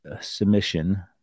submission